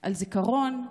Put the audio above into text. על זיכרון,